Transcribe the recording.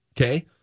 Okay